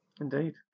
Indeed